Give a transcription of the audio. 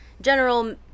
general